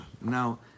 Now